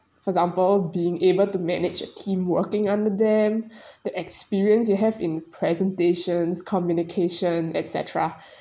for example being able to manage a team working under them the experience you have in presentations communication et cetera